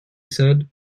said